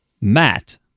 Matt